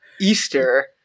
Easter